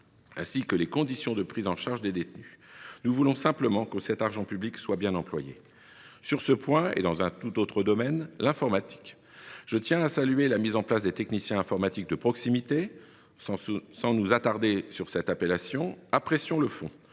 ainsi que les conditions de prise en charge des détenus. Nous voulons simplement que cet argent public soit bien employé. Sur ce point, et dans un tout autre domaine, je tiens à saluer la mise en place des techniciens informatiques de proximité. Sans nous attarder sur cette appellation, apprécions le fond